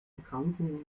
erkrankungen